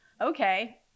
Okay